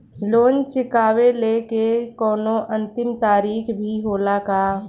Loan चुकवले के कौनो अंतिम तारीख भी होला का?